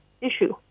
issue